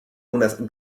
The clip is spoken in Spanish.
unas